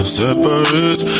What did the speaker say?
separate